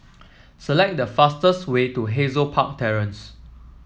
select the fastest way to Hazel Park Terrace